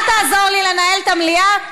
אל תעזור לי לנהל את המליאה.